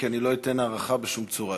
כי אני לא אתן הארכה בשום צורה יותר.